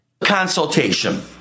Consultation